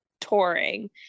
touring